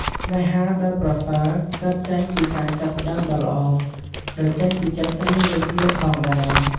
ស្នេហាដែលប្រសើរកើតចេញពីការចាប់ផ្តើមដ៏ល្អ ដោយចេញពីចិត្តរៀងៗខ្លួនផងដែរ។